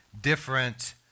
different